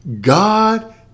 God